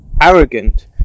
arrogant